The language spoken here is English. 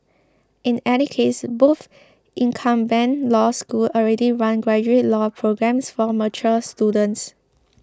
in any case both incumbent law schools already run graduate law programmes for mature students